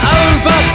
over